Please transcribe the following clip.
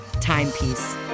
timepiece